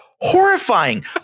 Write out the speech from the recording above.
horrifying